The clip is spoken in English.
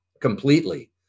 completely